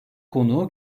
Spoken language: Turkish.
konuğu